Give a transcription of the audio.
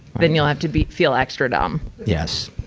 then you'll have to be, feel extra dumb. yes.